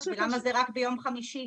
למה זה רק ביום חמישי,